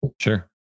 Sure